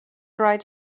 right